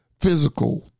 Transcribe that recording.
physical